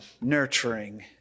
nurturing